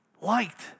liked